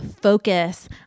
focus